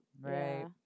Right